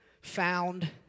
found